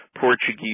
Portuguese